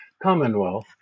Commonwealth